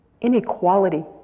inequality